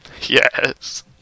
Yes